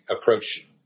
approach